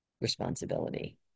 responsibility